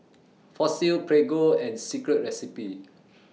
Fossil Prego and Secret Recipe